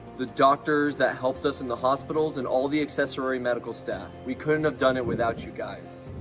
the doctors that helped us in the hospitals and all the accessory medical staff. we couldn't have done it without you guys.